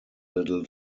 little